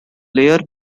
layer